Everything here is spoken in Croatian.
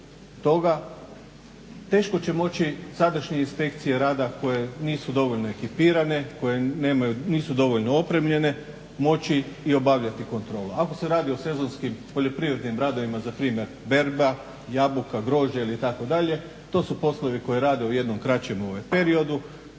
teško će moći sadašnje inspekcije rada koje nisu dovoljno ekipirane, koje nisu dovoljno opremljene moći i obavljati kontrolu. Ako se radi o sezonskim poljoprivrednim radovima za primjer berba jabuka, grožđa itd., to su poslovi koje rade u jednom kraćem periodu.